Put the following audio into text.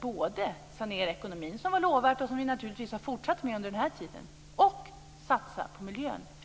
både sanera ekonomin, som var lovat och som vi naturligtvis har fortsatt med under denna tid, och satsa på miljön.